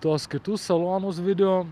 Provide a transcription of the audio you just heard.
tuos kitus salonus video